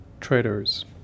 traders